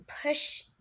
push